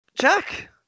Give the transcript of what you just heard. Jack